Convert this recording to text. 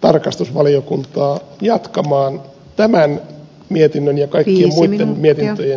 tarkastusvaliokuntaa jatkamaan tämän mietinnön ja kaikkien muitten mietintöjen viitoittamalla tiellä